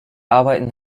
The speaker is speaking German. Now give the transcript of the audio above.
arbeiten